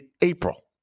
April